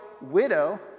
widow